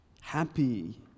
Happy